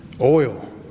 oil